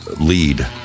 lead